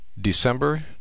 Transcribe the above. DECEMBER